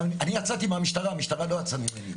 אני יצאתי מהמשטרה, המשטרה לא יצאה ממני.